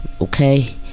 Okay